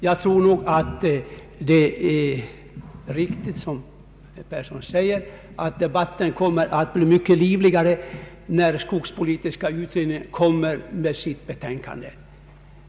Det är nog riktigt, som herr Yngve Persson säger, att debatten kommer att bil mycket livligare när skogspolitiska utredningen har avgivit sitt betänkande.